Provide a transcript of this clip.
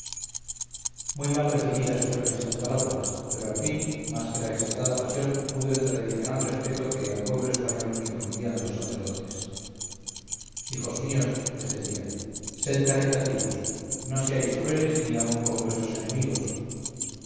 muy mal recibidas fueron estas palabras pero al fin más que la exaltada pasión pudo el tradicional respeto que al pueblo español infundían los sacerdotes hijos míos les decía sed caritativos no seáis crueles ni aun con vuestros enemigos